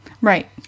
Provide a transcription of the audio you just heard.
right